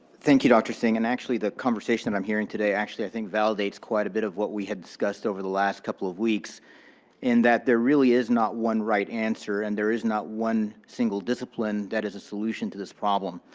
thank you, dr. singh. and actually, the conversation that i'm hearing today, i think, validates quite a bit of what we had discussed over the last couple of weeks in that there really is not one right answer. and there is not one single discipline that is a solution to this problem.